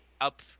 up